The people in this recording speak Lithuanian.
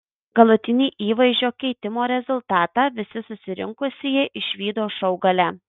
galutinį įvaizdžio keitimo rezultatą visi susirinkusieji išvydo šou gale